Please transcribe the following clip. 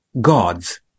God's